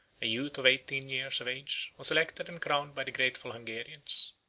a youth of eighteen years of age, was elected and crowned by the grateful hungarians.